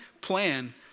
plan